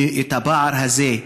הפער הזה,